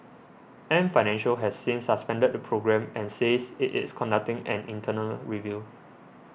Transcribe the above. Ant Financial has since suspended the programme and says it is conducting an internal review